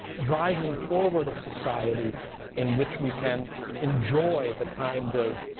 driving forward a society in which we can enjoy the kind of